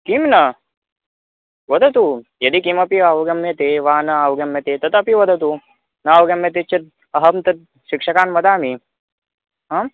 किं न वदतु यदि किमपि अवगम्यते वा न अवगम्यते तदपि वदतु न अवगम्यते चेत् अहं तद् शिक्षिकां वदामि आम्